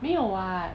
没有 [what]